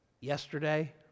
yesterday